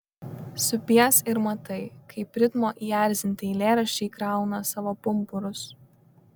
supies ir matai kaip ritmo įerzinti eilėraščiai krauna savo pumpurus